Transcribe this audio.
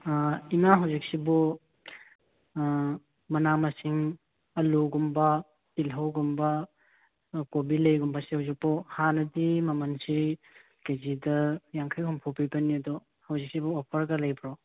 ꯏꯃꯥ ꯍꯧꯖꯤꯛꯁꯤꯕꯨ ꯃꯅꯥ ꯃꯁꯤꯡ ꯑꯜꯂꯨꯒꯨꯝꯕ ꯇꯤꯜꯍꯧꯒꯨꯝꯕ ꯀꯣꯕꯤ ꯂꯩꯒꯨꯝꯕꯁꯦ ꯍꯧꯖꯤꯛꯄꯨ ꯍꯥꯟꯅꯗꯤ ꯃꯃꯟꯁꯤ ꯀꯦꯖꯤꯗ ꯌꯥꯡꯈꯩ ꯍꯨꯝꯐꯨ ꯄꯤꯕꯅꯤ ꯑꯗꯣ ꯍꯧꯖꯤꯛꯁꯤꯕꯨ ꯑꯣꯐꯔꯒ ꯂꯩꯕ꯭ꯔꯣ